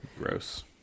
Gross